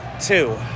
Two